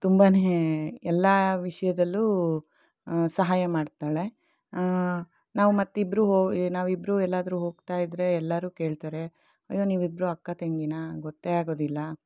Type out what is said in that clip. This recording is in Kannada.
ತುಂಬನೇ ಎಲ್ಲ ವಷಯದಲ್ಲೂ ಸಹಾಯ ಮಾಡ್ತಾಳೆ ನಾವು ಮತ್ತಿಬ್ಬರು ನಾವಿಬ್ರೂ ಎಲ್ಲಾದರೂ ಹೋಗ್ತಾಯಿದ್ರೆ ಎಲ್ಲರೂ ಕೇಳ್ತಾರೆ ಅಯ್ಯೋ ನೀವಿಬ್ರು ಅಕ್ಕ ತಂಗಿನಾ ಗೊತ್ತೆ ಆಗೋದಿಲ್ಲ